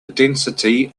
density